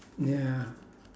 ya